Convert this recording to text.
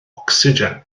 ocsigen